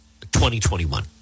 2021